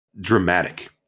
dramatic